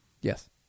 Yes